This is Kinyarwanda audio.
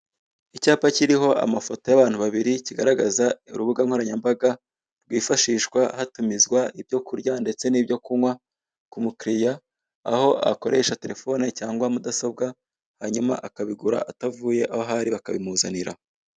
Icyapa kiriho amafoto y'abantu babiri kigaragaza urubuga nkoranyambaga rwifashishwa hatumizwa ibyo kurya ndetse n'ibyo kunywa, kumukiliya aho akoresha telefone cyangwa mudasobwa, hanyuma akabigura atavuye aho ari bakabimuzanira.